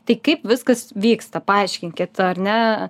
tai kaip viskas vyksta paaiškinkit ar ne